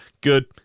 good